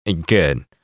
Good